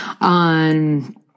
on